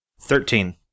Thirteen